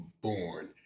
born